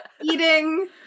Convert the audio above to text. eating